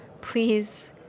Please